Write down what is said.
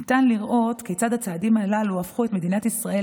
ניתן לראות כיצד הצעדים הללו הפכו את מדינת ישראל